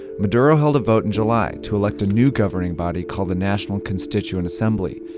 maduro held a vote in july to elect a new governing body called the national constituent assembly,